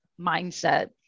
mindset